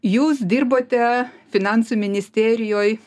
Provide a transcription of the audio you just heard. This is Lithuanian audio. jūs dirbote finansų ministerijoj